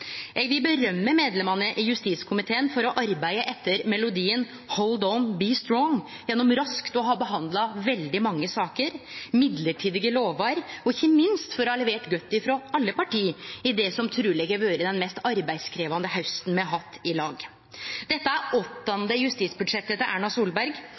arbeide etter melodien «Hold on be strong», gjennom raskt å ha behandla veldig mange saker og mellombelse lovar og ikkje minst for å ha levert godt frå alle parti i det som truleg har vore den mest arbeidskrevjande hausten me har hatt i lag. Dette er det åttande justisbudsjettet til Erna Solberg.